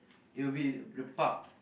it will be the the park